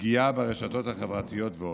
ופגיעה ברשתות החברתיות.